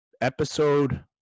episode